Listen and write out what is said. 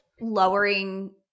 lowering